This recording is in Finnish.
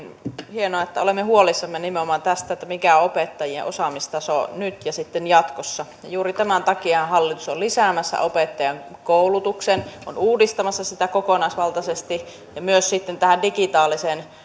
hienoa että olemme huolissamme nimenomaan tästä mikä on opettajien osaamistaso nyt ja sitten jatkossa juuri tämän takia hallitus on lisäämässä opettajankoulutukseen on uudistamassa sitä kokonaisvaltaisesti ja sitten myös tähän digitaaliseen